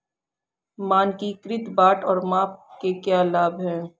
मानकीकृत बाट और माप के क्या लाभ हैं?